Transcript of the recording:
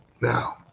now